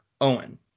Owen